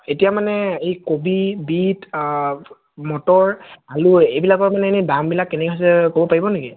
এতিয়া মানে এই কবি বীত মটৰ আলু এইবিলাকৰ মানে এনে দামবিলাক কেনেকৈ হৈছে ক'ব পাৰিব নেকি